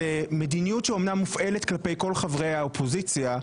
זאת מדיניות שאומנם מופעלת כלפי כל חברי האופוזיציה,